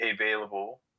available